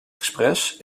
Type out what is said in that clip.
express